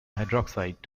hydroxide